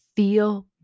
Feel